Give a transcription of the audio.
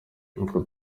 utwo